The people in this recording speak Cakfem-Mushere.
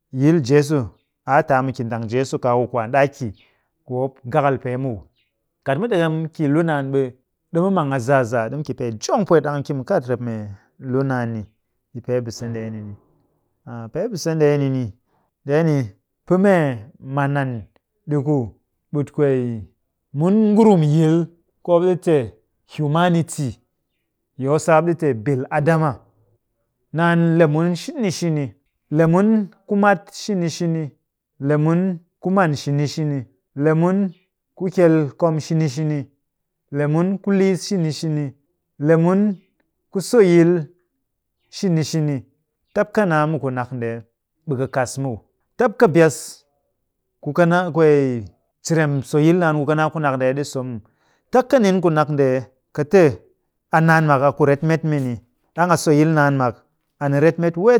Yil jeesu, a a te a mu ki ndang jeesu kaaku kwaan ɗaa ki. Ɓe mop gakal pee muw. Kat mu ɗekem ki lunaan ɓe dimu mang a zaazaa ɗimu ki pee jong pwet ɗang mu ki mu kat rep mee lunaan ni yi pee bise ndeeni ni. Pee bise ndeeni ni, ndeeni pɨ mee man an ɗi ku ɓut kwee mun ngurum yil ku mop ɗi te humanity, yi hausa mop ɗi te bil'adama, naan le mun shini shini. Le mun ku mat shini shini. Le mun ku man shini shini. Le mun ku kyel kom shini shini. Le mun ku liis shini shini. Le mun ko soyil shini shini. Tap ka naa mu kunak ndee ɓe ka kas muw. Tap ka bias ku ka naa kwee cirem soyil naan ku ka naa kunak ndee ɗi so muw. Tap ka nin kunak nee ndee ka te a naan mak a ku ret met mini ɗang a soyil naan mak a ni ret met weet.